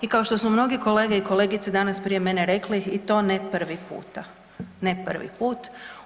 I kao što su mnogi kolege i kolegice danas prije mene rekli i to ne prvi puta, ne prvi put.